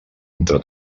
entre